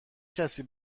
کسی